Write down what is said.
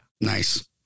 Nice